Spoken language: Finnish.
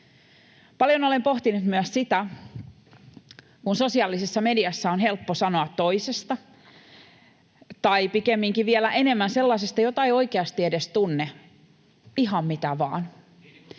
Paljon olen pohtinut myös sitä, kun sosiaalisessa mediassa on helppo sanoa toisista tai pikemminkin, vielä enemmän, sellaisista, joita ei oikeasti edes tunne, ihan mitä vaan,